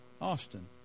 Austin